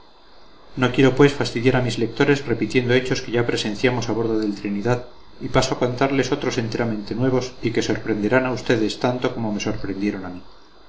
no quiero pues fastidiar a mis lectores repitiendo hechos que ya presenciamos a bordo del trinidad y paso a contarles otros enteramente nuevos y que sorprenderán a ustedes tanto como me sorprendieron a mí